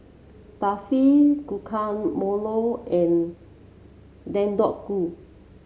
Barfi Guacamole and Deodeok Gui